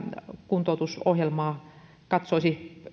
kuntoutusohjelmaa